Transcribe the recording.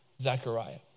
Zechariah